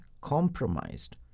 compromised